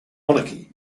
monarchy